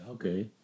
Okay